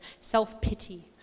Self-pity